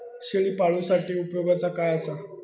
शेळीपाळूसाठी उपयोगाचा काय असा?